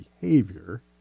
behavior